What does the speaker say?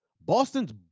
Boston's